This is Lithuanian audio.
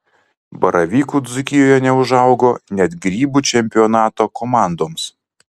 baravykų dzūkijoje neužaugo net grybų čempionato komandoms